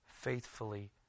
faithfully